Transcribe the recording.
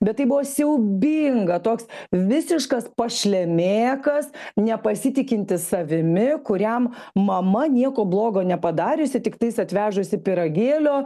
bet tai buvo siaubinga toks visiškas pašlemėkas nepasitikintis savimi kuriam mama nieko blogo nepadariusi tiktais atvežusi pyragėlio